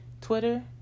Twitter